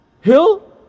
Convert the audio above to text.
Hill